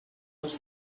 les